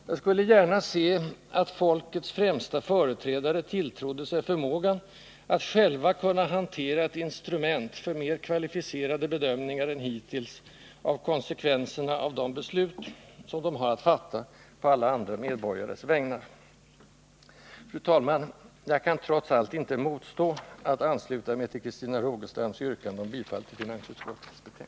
Jag skulle gärna se att ”folkets främsta företrädare” tilltrodde sig förmågan att själva kunna hantera ett instrument för mera kvalificerade bedömningar än hittills av konsekvenserna av de beslut som de har att fatta på alla andra medborgares vägnar. Fru talman! Jag kan trots allt inte motstå att ansluta mig till Christina Rogestams yrkande om bifall till finansutskottets hemställan.